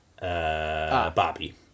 Bobby